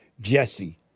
Jesse